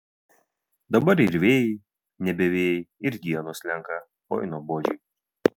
dabar ir vėjai nebe vėjai ir dienos slenka oi nuobodžiai